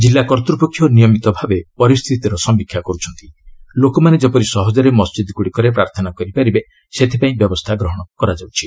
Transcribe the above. ଜିଲ୍ଲା କର୍ତ୍ତୃପକ୍ଷ ନିୟମିତ ଭାବେ ପରିସ୍ଥିତିର ସମୀକ୍ଷା କରୁଛନ୍ତି ଓ ଲୋକମାନେ ଯେପରି ସହକରେ ମସ୍କିଦ୍ଗୁଡ଼ିକରେ ପ୍ରାର୍ଥନା କରିପାରିବେ ସେଥିପାଇଁ ବ୍ୟବସ୍ଥା ଗ୍ରହଣ କରୁଛନ୍ତି